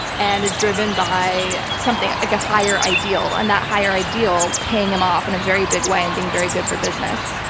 and is driven by something like a higher ideal and that higher ideal paying him off in and a very big way and being very good for business.